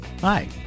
Hi